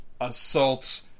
assault